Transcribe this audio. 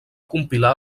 compilar